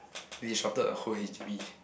which he shocked the whole H_D_B